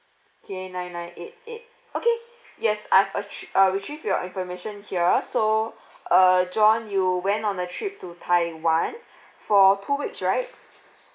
okay nine nine eight eight okay yes I've uh uh retrieve your information here so uh john you went on a trip to taiwan for two weeks right